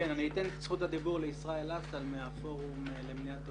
אני אתן את זכות הדיבור לעורך הדין ישראל אסל מהפורום שלנו.